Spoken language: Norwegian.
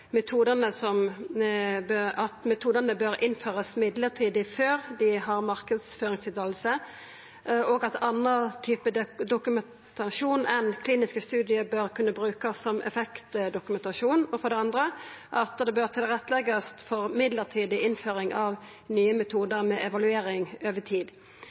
metodane bør innførast mellombels før dei kan marknadsførast, og at annan type dokumentasjon enn kliniske studiar bør kunna brukast som effektdokumentasjon, for det andre at det bør leggjast til rette for mellombels innføring av nye metodar, med evaluering over tid.